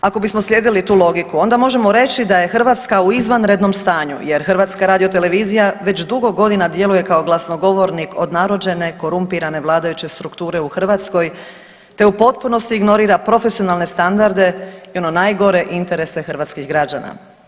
Ako bismo slijedili tu logiku onda možemo reći da je Hrvatska u izvanrednom stanju, jer Hrvatska radiotelevizija već dugo godina djeluje kao glasnogovornik od narođene, korumpirane vladajuće strukture u Hrvatskoj te u potpunosti ignorira profesionalne standarde i ono najgore interese hrvatskih građana.